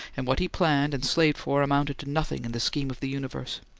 and what he planned and slaved for amounted to nothing, in the scheme of the universe.